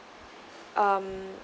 um